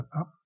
up